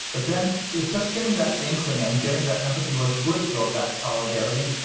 but then just just getting that inkling and getting that empathy would would build that solidarity.